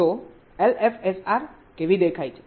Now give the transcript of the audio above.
તો એલએફએસઆર કેવી દેખાય છે